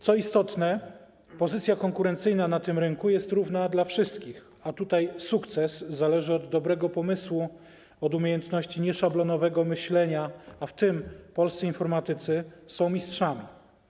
Co istotne, pozycja konkurencyjna na tym rynku jest równa dla wszystkich, a tutaj sukces zależy od dobrego pomysłu, od umiejętności nieszablonowego myślenia, a w tym polscy informatycy są mistrzami.